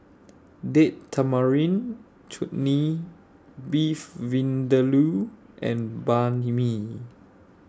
Date Tamarind Chutney Beef Vindaloo and Banh MI